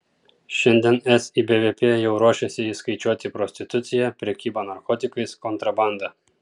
šiandien es į bvp jau ruošiasi įskaičiuoti prostituciją prekybą narkotikais kontrabandą